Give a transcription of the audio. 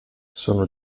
sono